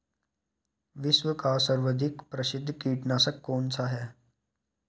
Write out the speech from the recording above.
विश्व का सर्वाधिक प्रसिद्ध कीटनाशक कौन सा है?